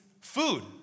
food